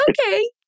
Okay